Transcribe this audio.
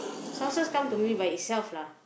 sources come to me by itself lah